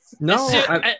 No